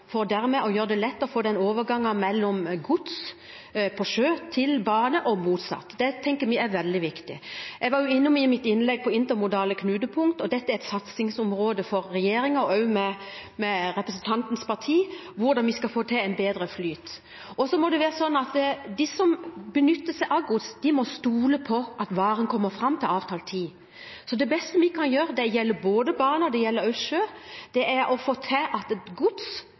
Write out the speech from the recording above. for dermed å gjøre overgangen mellom gods på sjø til bane lett – og motsatt. Det tenker vi er veldig viktig. Jeg var i mitt innlegg innom intermodale knutepunkt. Det er et satsingsområde for regjeringen – og også fra representantens parti – hvordan vi skal få til en bedre flyt. Så må det være sånn at de som benytter seg av godstransport, må kunne stole på at varen kommer fram til avtalt tid. Så det beste vi kan gjøre, det gjelder både bane og sjø, er å få til at gods